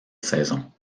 saison